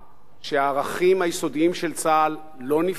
שהערכים היסודיים של צה"ל לא נפגעו,